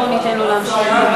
בואו ניתן לסגן השר להשיב.